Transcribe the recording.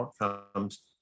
outcomes